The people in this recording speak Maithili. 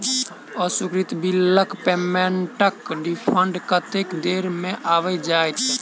अस्वीकृत बिलक पेमेन्टक रिफन्ड कतेक देर मे आबि जाइत?